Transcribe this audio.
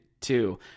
Two